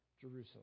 Jerusalem